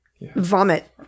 vomit